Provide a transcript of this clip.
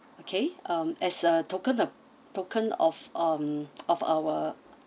okay um as a token uh token of um of our